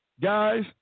guys